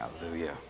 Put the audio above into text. Hallelujah